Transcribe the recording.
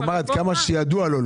הוא אומר עד כמה שידוע לו,